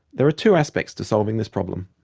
there are two aspects to solving this problem.